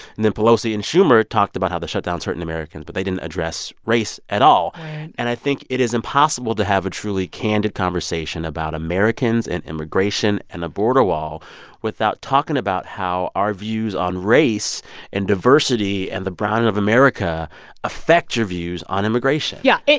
and then pelosi and schumer talked about how the shutdown's hurting americans, but they didn't address race at all right and i think it is impossible to have a truly candid conversation about americans and immigration and a border wall without talking about how our views on race and diversity and the browning of america affect your views on immigration yeah.